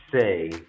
say